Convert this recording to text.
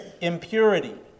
impurity